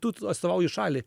tu atstovauji šalį